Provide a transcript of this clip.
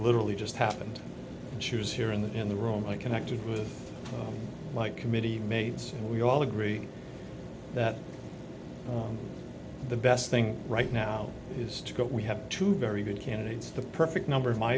literally just happened and she was here in the room i connected with my committee mates and we all agree that the best thing right now is to go we have two very good candidates the perfect number of my